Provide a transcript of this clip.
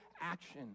action